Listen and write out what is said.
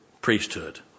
priesthood